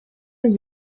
that